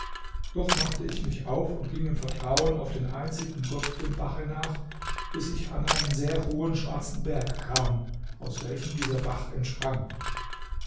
doch machte ich mich auf und ging im vertrauen auf den einzigen gott dem bache nach bis ich an einen sehr hohen schwarzen berg kam aus welchem dieser bach entsprang